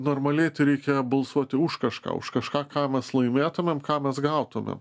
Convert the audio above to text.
normaliai tai reikia balsuoti už kažką už kažką ką mes laimėtumėm ką mes gautumėm